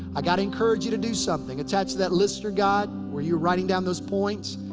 i gotta encourage you to do something. attached to that listener guide where you were writing down those points,